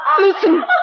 listen